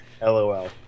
LOL